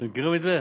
אתם מכירים את זה?